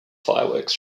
fireworks